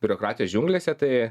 biurokratijos džiunglėse tai